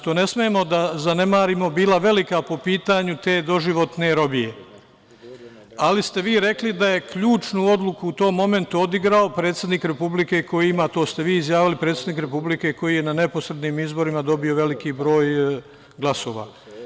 To ne smemo da zanemarimo, bila velika, po pitanju te doživotne robije, ali ste vi rekli da je ključnu odluku u tom momentu odigrao predsednik Republike koji je, to ste vi izjavili, na neposrednim izborima dobio veliki broj glasova.